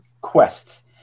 quests